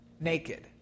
naked